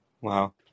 Wow